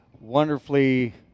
wonderfully